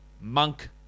Monk